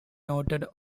noted